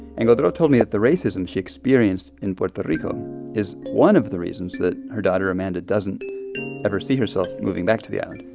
and godreau told me that the racism she experienced in puerto rico is one of the reasons that her daughter amanda doesn't ever see herself moving back to the island